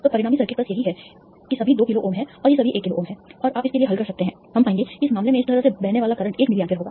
तो परिणामी सर्किट बस यही है ये सभी 2 किलो ओम हैं और ये सभी 1 किलो ओम हैं और आप इसके लिए हल कर सकते हैं हम पाएंगे कि इस मामले में इस तरह से बहने वाला करंट 1 मिली एम्पीयर होगी